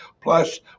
Plus